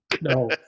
No